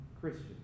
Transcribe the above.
Christian